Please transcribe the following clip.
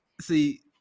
See